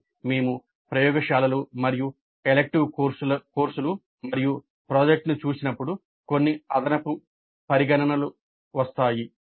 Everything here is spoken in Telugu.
కానీ మేము ప్రయోగశాలలు మరియు ఎలిక్టివ్ కోర్సులు మరియు ప్రాజెక్ట్లను చూసినప్పుడు కొన్ని అదనపు పరిగణనలు వస్తాయి